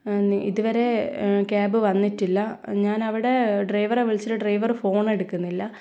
ഇതുവരെ ക്യാബ് വന്നിട്ടില്ല ഞാൻ അവിടെ ഡ്രൈവറെ വിളിച്ചിട്ട് ഡ്രൈവർ ഫോൺ എടുക്കുന്നില്ല